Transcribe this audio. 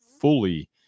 fully